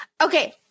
Okay